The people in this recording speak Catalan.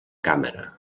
càmera